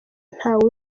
ntawe